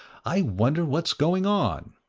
i wonder what's going on?